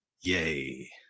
Yay